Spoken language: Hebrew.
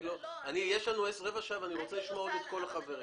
לא --- יש לנו רבע שעה ואני רוצה לשמוע את כל החברים.